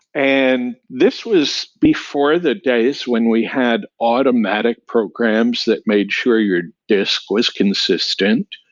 and this was before the days when we had automatic programs that made sure your disk was consistent.